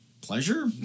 pleasure